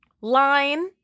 line